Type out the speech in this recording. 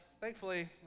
thankfully